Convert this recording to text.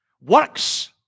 works